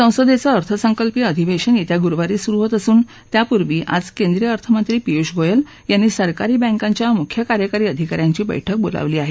संसदेचं अर्थसंकल्पीय अधिवेशन येत्या गुरुवारी सुरु होत असून त्यापूर्वी आज केंद्रीय अर्थमंत्री पियुष गोयल यांनी सरकारी बँकांच्या मुख्य कार्यकारी अधिका यांची बैठक बोलावली आहे